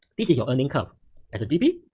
this is your earning curve as a gp,